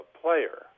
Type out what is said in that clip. player